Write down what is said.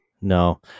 No